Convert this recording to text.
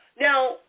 Now